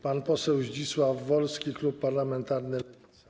Pan poseł Zdzisław Wolski, klub parlamentarny Lewica.